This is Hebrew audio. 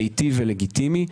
מיטיב ולגיטימי.